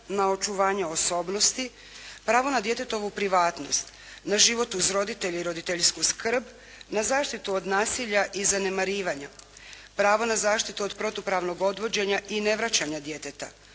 na očuvanje osobnosti, pravo na djetetovu privatnost, na život uz roditelje i roditeljsku skrb, na zaštitu od nasilja i zanemarivanja, pravo na zaštitu od protupravnog odvođenje i nevraćanja djeteta,